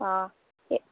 ஆ